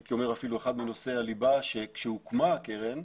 הייתי אומר אפילו אחד מנושאי הליבה שכשהוקמה הקרן,